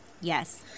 Yes